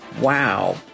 Wow